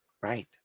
Right